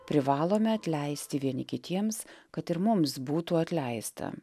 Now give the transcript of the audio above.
privalome atleisti vieni kitiems kad ir mums būtų atleista